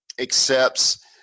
accepts